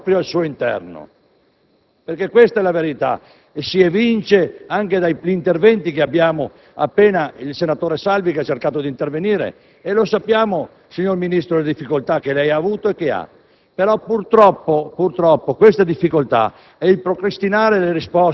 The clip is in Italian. che vede le difficoltà di questo Governo proprio al suo interno. Questa è la verità ed essa si evince anche dagli interventi che abbiamo appena ascoltato - il senatore Salvi che ha cercato di intervenire - e sappiamo, signor Ministro, le difficoltà che lei ha avuto e che ha.